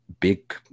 big